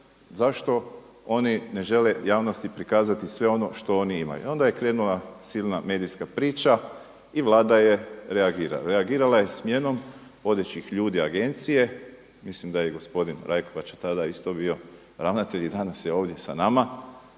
Zašto oni ne žele javnosti prikazati sve ono što oni imaju? Onda je krenula silna medijska priča i Vlada je reagirala. Reagirala je smjenom vodećih ljudi Agencije, mislim da je i gospodin Rajkovača tada isto bio ravnatelj i danas je ovdje sa nama.